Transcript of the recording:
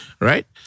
Right